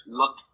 look